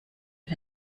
mit